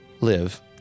live